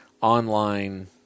online